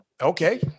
Okay